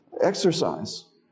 exercise